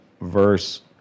verse